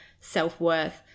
self-worth